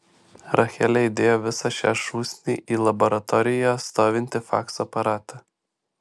rachelė įdėjo visą šią šūsnį į laboratorijoje stovintį fakso aparatą